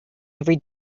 every